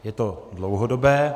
Je to dlouhodobé.